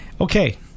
Okay